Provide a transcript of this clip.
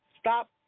Stop